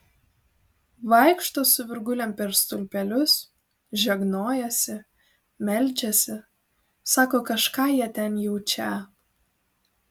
vaikšto su virgulėm per stulpelius žegnojasi meldžiasi sako kažką jie ten jaučią